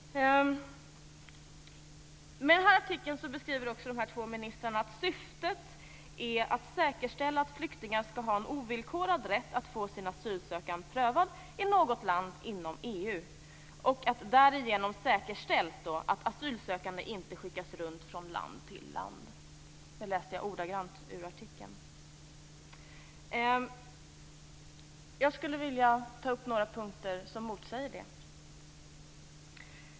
I artikeln skriver också de två ministrarna att syftet är att säkerställa att flyktingar skall ha en ovillkorad rätt att få sin asylsökan prövad i något land inom EU och att det därigenom säkerställs att asylsökande inte skickas från land till land. Nu läste jag ordagrant ur artikeln. Jag skulle vilja ta upp några punkter som motsäger det.